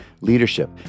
leadership